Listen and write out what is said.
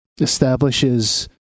establishes